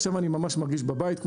עכשיו אני ממש מרגיש בבית.